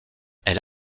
elle